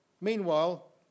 Meanwhile